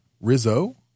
Rizzo